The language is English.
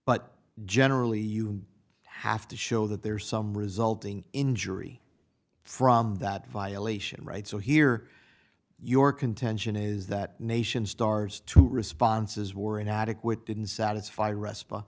but generally you have to show that there's some resulting injury from that violation of rights so here your contention is that nations stars two responses were inadequate didn't satisfy resp